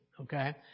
okay